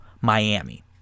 Miami